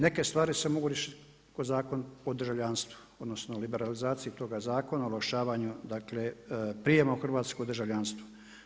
Neke stvari se mogu kroz Zakon o državljanstvu, odnosno liberalizaciji toga zakona, … dakle prijema u hrvatsko državljanstvo.